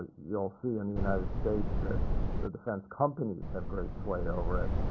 you'll see in the united states that the defense companies have great sway over it.